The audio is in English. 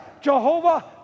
Jehovah